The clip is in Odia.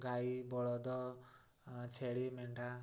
ଗାଈ ବଳଦ ଛେଳି ମେଣ୍ଢା